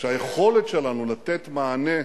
אחרי שלוש שנים, גמרת לקטוף,